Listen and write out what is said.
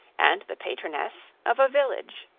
and the patroness of a village.